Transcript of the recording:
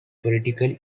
politically